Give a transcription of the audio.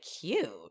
cute